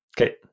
okay